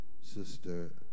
sister